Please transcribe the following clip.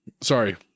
Sorry